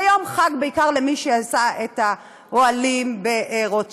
זה יום חג בעיקר למי שעשה את האוהלים ברוטשילד.